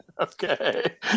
Okay